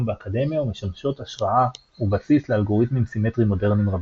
באקדמיה ומשמשות השראה ובסיס לאלגוריתמים סימטריים מודרניים רבים.